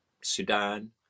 Sudan